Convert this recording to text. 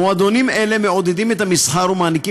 מועדונים אלה מעודדים את המסחר ומעניקים